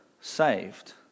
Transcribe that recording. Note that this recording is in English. saved